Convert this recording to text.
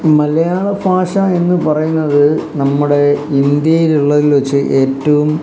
മലയാള ഭാഷ എന്ന് പറയുന്നത് നമ്മുടെ ഇന്ത്യയിൽ ഉള്ളതിൽ വെച്ച് ഏറ്റവും